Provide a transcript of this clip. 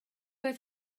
oedd